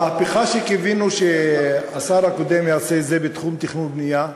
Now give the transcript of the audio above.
המהפכה שקיווינו שהשר הקודם יעשה היא בתחום התכנון והבנייה.